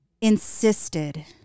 insisted